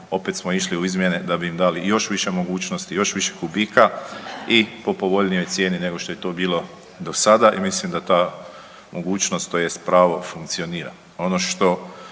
opet smo išli u izmjene da bi im dali još više mogućnosti, još više kubika i po povoljnijoj cijeni nego što je to bilo do sada i mislim da ta mogućnost tj. pravo funkcionira. Ono što